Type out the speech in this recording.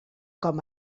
com